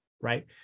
right